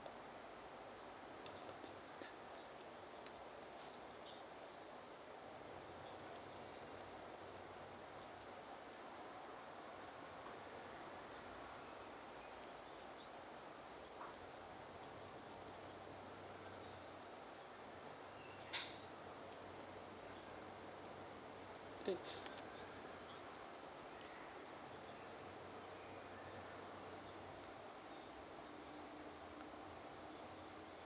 mm